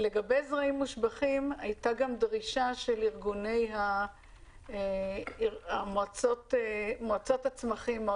לגבי זרעים מושבחים הייתה גם דרישה של מועצות הצמחים או